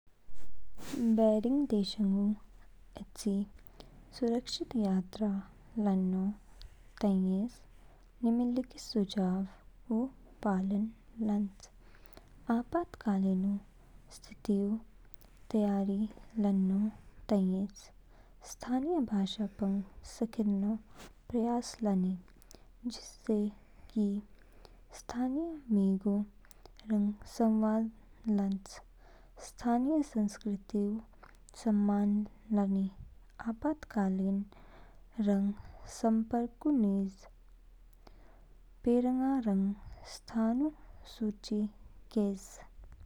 बेरंग देशाङगु एछि सुरक्षित यात्रा लान्नौ ताइएस निम्नलिखित सुझावों पालन लानच। आपातकालीन ऊ स्थिति ऊ तैयारी लान्नमो ताइएस। स्थानीय भाषा पंग सीखेन्नौ प्रयास लानच जिससे कि स्थानीय मिगौ रंग संवाद लानच। स्थानीय संस्कृति ऊ सम्मान लानि। आपातकालीन रंग संर्पक ऊ निज। पेरंग रंग स्थान ऊ सूचि केच।